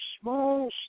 small